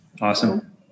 Awesome